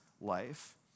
life